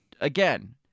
again